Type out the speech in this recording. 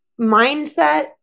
mindset